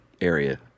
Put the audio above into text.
area